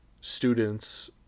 students